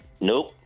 Nope